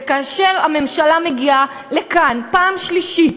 וכאשר הממשלה מגיעה לכאן בפעם השלישית,